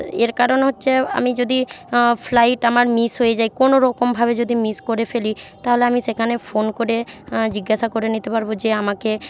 এর কারণ হচ্ছে আমি যদি ফ্লাইট আমার মিস হয়ে যায় কোনোরকমভাবে যদি মিস করে ফেলি তাহলে আমি সেখানে ফোন করে জিজ্ঞাসা করে নিতে পারব যে আমাকে